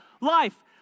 life